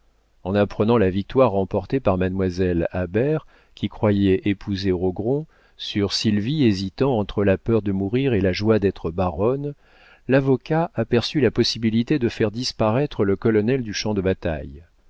en apprenant la victoire remportée par mademoiselle habert qui croyait épouser rogron sur sylvie hésitant entre la peur de mourir et la joie d'être baronne l'avocat aperçut la possibilité de faire disparaître le colonel du champ de bataille